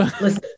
listen